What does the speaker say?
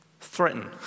threaten